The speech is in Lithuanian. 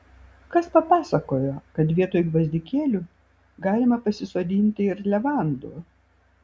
kas papasakojo kad vietoj gvazdikėlių galima pasisodinti ir levandų